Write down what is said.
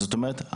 זאת אומרת,